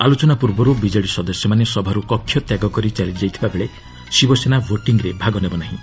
ଆଲୋଚନା ପୂର୍ବରୁ ବିକେଡି ସଦସ୍ୟମାନେ ସଭାରୁ କକ୍ଷତ୍ୟାଗ କରି ଚାଲିଯାଇଥିବାଳେ ଶିବସେନା ଭୋଟିଂରେ ଭାଗ ନେବ ନାହିଁ